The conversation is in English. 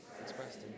expressed